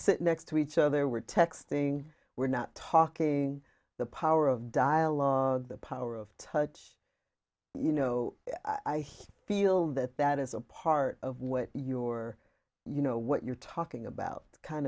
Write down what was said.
sit next to each other we're texting we're not talking the power of dialogue the power of touch you know i feel that that is a part of where your you know what you're talking about kind